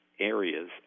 areas